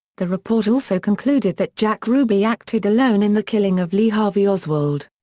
the report also concluded that jack ruby acted alone in the killing of lee harvey oswald.